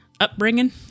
upbringing